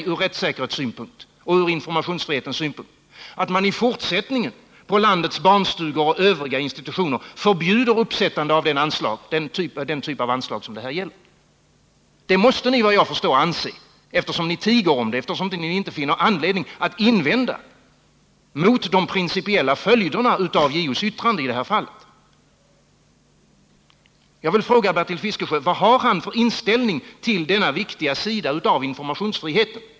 ur rättssäkerhetssynpunkt och ur informationsfrihetssynpunkt, att man på landets barnstugor och övriga institutioner i fortsättningen förbjuder uppsättande av den typ av anslag som det här gäller? Det anser ni tydligen, eftersom ni tiger om det och eftersom ni inte finner anledning att invända mot de principiella följderna av JO:s yttrande i det här fallet. Jag vill fråga Bertil Fiskesjö vilken hans inställning är i fråga om denna viktiga sida av informationsfriheten.